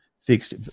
fixed